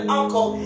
uncle